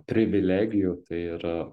privilegijų tai ir